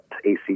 AC